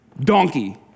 donkey